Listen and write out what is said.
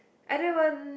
everyone